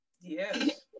Yes